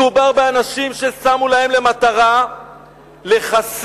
מדובר באנשים ששמו להם למטרה לחסל,